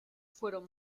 fueron